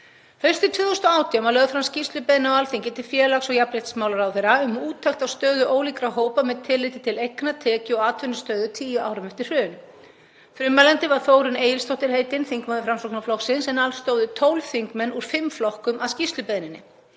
Haustið 2018 var lögð fram skýrslubeiðni á Alþingi til félags- og jafnréttismálaráðherra um úttekt á stöðu ólíkra hópa með tilliti til eigna-, tekju- og atvinnustöðu tíu árum eftir hrun. Frummælandi var Þórunn Egilsdóttir heitin, þingmaður Framsóknarflokksins, en alls stóðu 12 þingmenn úr fimm flokkum að skýrslubeiðninni.